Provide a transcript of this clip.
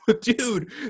Dude